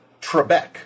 Trebek